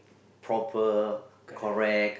proper correct